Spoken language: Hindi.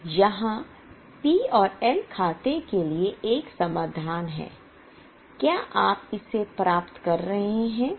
तो यहां पी और एल खाते के लिए एक समाधान है क्या आप इसे प्राप्त कर रहे हैं